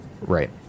Right